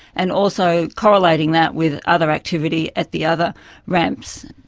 and also correlating that with other activity at the other ramps,